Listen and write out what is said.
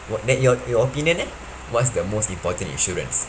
wha~ then your your opinion eh what's the most important insurance